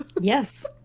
Yes